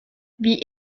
wie